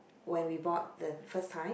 when we bought the first time